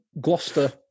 Gloucester